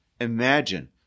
imagine